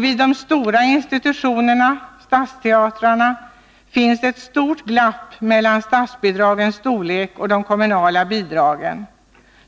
Vid de stora institutionerna — stadsteatrarna — finns ett stort glapp mellan statsbidragens storlek och de kommunala bidragen.